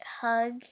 hug